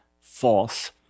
false